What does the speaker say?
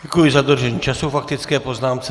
Děkuji za dodržení času k faktické poznámce.